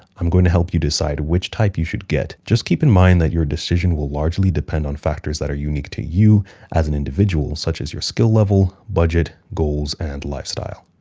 i'm going to help you decide which type you should get. just keep in mind that your decision will largely depend on factors that are unique to you as an individual, such as your skill level, budget, goals and lifestyle.